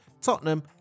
Tottenham